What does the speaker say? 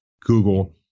Google